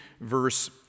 verse